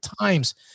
times